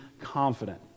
confident